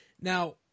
Now